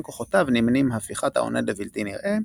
כוחותיו נמנים הפיכת העונד לבלתי-נראה,